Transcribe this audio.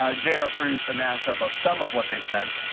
ah jr ah produced a mash up of some of what they said.